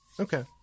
Okay